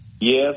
Yes